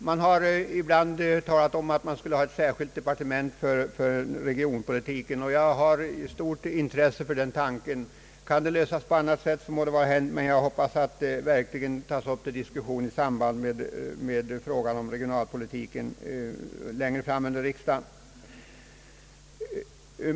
Det har ibland talats om ett särskilt departement för regionpolitiken, och jag har stort intresse för den tanken. Kan saker och ting ordnas på annat sätt, så må det vara hänt, men jag hoppas att detta uppslag tas upp till diskussion i samband med frågan om regionalpolitiken längre fram under riksdagen.